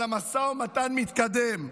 אבל המשא ומתן מתקדם.